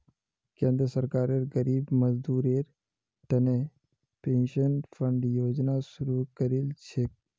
केंद्र सरकार गरीब मजदूरेर तने पेंशन फण्ड योजना शुरू करील छेक